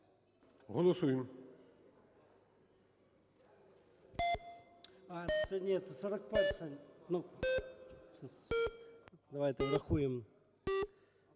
Голосуємо.